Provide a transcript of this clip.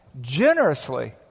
generously